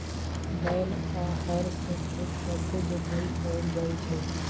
बैल आऽ हर से खेत सभके जोताइ कएल जाइ छइ